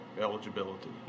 eligibility